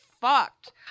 fucked